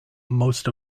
most